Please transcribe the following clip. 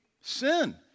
sin